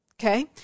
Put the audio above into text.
okay